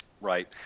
Right